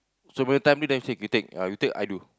so for the time being say you take ah you take I do